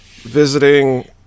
visiting